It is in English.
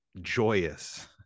joyous